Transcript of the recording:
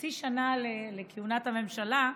חצי שנה לכהונת הממשלה,